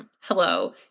hello